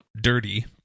dirty